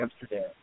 Amsterdam